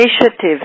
Initiatives